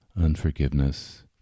unforgiveness